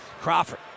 Crawford